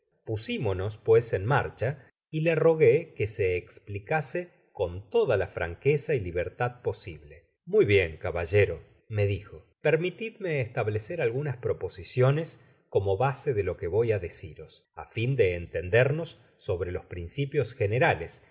ingleses piisimonos pues en marcha y le rogué que se esplicase con toda la fran queza y libertad posible muy bien caballero me dijo permitidme establecer algunas proposiciones como base de lo que voy á deciros á fin de entendernos sobre los principios generales